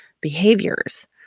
behaviors